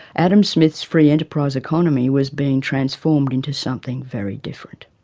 adam smith's free enterprise economy was being transformed into something very different.